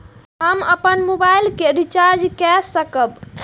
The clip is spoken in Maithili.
हम अपन मोबाइल के रिचार्ज के कई सकाब?